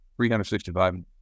365